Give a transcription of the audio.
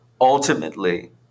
Ultimately